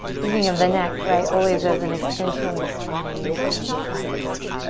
thinking of the neck, right? always as an extension of the spine in your asana practice.